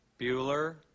Bueller